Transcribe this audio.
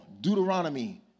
Deuteronomy